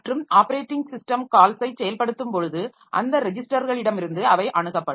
மற்றும் operating system கால்ஸை செயல்படுத்தும் பொழுது அந்த ரெஜிஸ்டர்களிலிருந்து அவை அணுகப்படும்